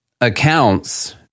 accounts